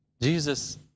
Jesus